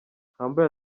humble